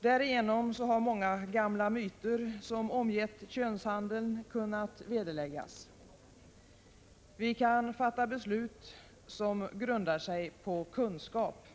Därigenom har många gamla myter som omgett könshandeln kunnat vederläggas. Vi kan fatta beslut som grundar sig på kunskap.